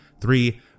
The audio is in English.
three